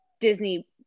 Disney